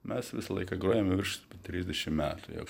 mes visą laiką grojame virš trisdešim metų jau